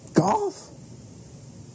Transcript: Golf